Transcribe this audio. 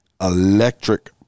electric